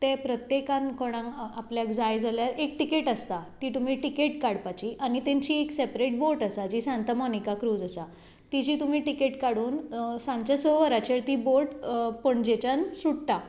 ते प्रत्येकान कोणाक आपल्याक जाय जाल्यार एक टिकेट आसता आनी तांची एक सॅपरेट बोट आसा जी सांता मोनिका क्रुज आसा तिजी तुमी तिकेट काडून सांजच्या स वरांचेर ती बोट पणजेच्यान सुट्टा